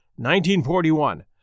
1941